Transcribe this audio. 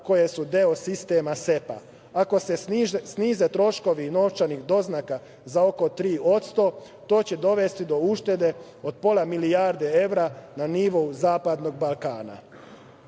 koje su deo sistema SEPA. Ako se snize troškovi novčanih doznaka za oko 3%, to će dovesti do uštede od pola milijarde evra na nivo Zapadnog Balkana. Veze